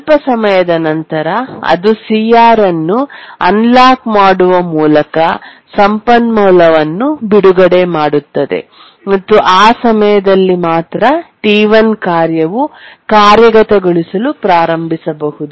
ಸ್ವಲ್ಪ ಸಮಯದ ನಂತರ ಅದು CR ಅನ್ನು ಅನ್ಲಾಕ್ ಮಾಡುವ ಮೂಲಕ ಸಂಪನ್ಮೂಲವನ್ನು ಬಿಡುಗಡೆ ಮಾಡುತ್ತದೆ ಮತ್ತು ಆ ಸಮಯದಲ್ಲಿ ಮಾತ್ರ T1 ಕಾರ್ಯವು ಕಾರ್ಯಗತಗೊಳಿಸಲು ಪ್ರಾರಂಭಿಸಬಹುದು